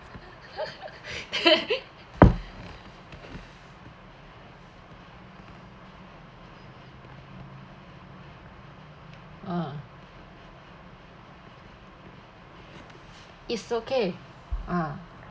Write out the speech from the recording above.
ah is okay ah